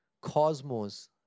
cosmos